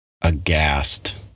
aghast